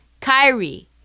Kyrie